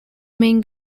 main